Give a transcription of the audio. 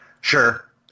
Sure